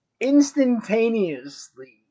instantaneously